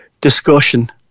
discussion